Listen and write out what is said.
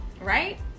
Right